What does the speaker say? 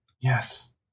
Yes